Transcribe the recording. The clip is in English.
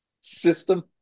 system